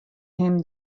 him